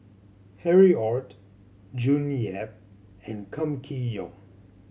Harry Ord June Yap and Kam Kee Yong